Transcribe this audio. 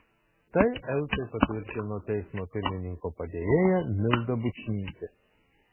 tai eltai patvirtino teismo pirmininko padėjėja milda bučnytė